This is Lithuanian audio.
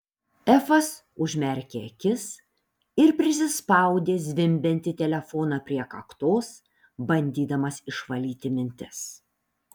efas užmerkė akis ir prisispaudė zvimbiantį telefoną prie kaktos bandydamas išvalyti mintis